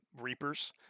Reapers